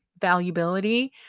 valuability